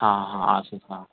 हाँ हाँ हाँ आसुस हाँ